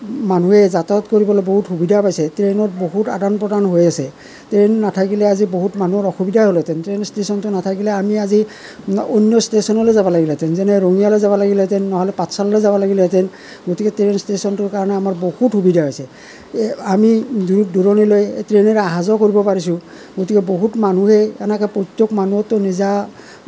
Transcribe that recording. মানুহে যাতায়ত কৰিবলৈ বহুত সুবিধা পাইছে ট্ৰেইনত বহুত আদান প্ৰদান হৈ আছে ট্ৰেইন নাথাকিলে আজি বহুত মানুহৰ অসুবিধা হ'লহেতেন ট্ৰেইন ষ্টেশ্যনটো নাথাকিলে আমি আজি অন্য ষ্টেশ্যনলৈ যাব লাগিলহেতেন যেনে ৰঙিয়ালৈ যাব লাগিলহেতেন নহ'লে পাঠশালালৈ যাব লাগিলহেতেন গতিকে ট্ৰেইন ষ্টেশ্যনটোৰ কাৰণে আমাৰ বহুত সুবিধা হৈছে আমি দূৰ দূৰণিলৈ ট্ৰেইনেৰে অহা যোৱা কৰিব পাইছোঁ গতিকে বহুত মানুহেই এনেকৈ প্ৰত্য়েক মানুহৰতো নিজা